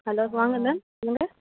hello வாங்க ma'am வாங்க